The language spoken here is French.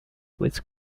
west